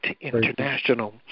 international